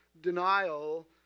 denial